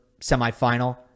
semifinal